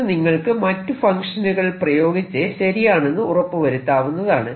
ഇത് നിങ്ങൾക്ക് മറ്റു ഫങ്ക്ഷനുകളിൽ പ്രയോഗിച്ച് ശരിയാണെന്നു ഉറപ്പുവരുത്താവുന്നതാണ്